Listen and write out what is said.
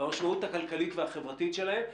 במשמעות הכלכלית והחברתית שלהם,